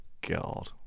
God